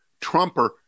Trumper